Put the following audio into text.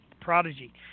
Prodigy